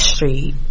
Street